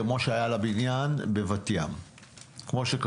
כמו שקרה לבניין בבת ים,